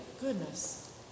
Goodness